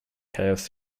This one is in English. chaos